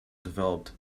development